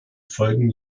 folgen